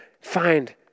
Find